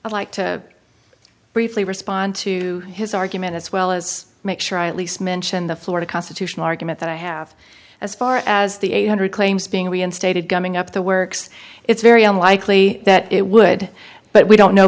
i'd like to briefly respond to his argument as well as make sure i at least mention the florida constitutional argument that i have as far as the eight hundred claims being reinstated gumming up the works it's very unlikely that it would but we don't know